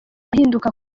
ahinduka